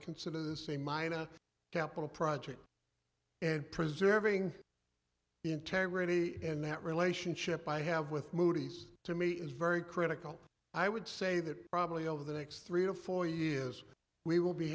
consider this a mine a capital project and preserving the integrity and that relationship i have with moody's to me is very critical i would say that probably over the next three to four years we will be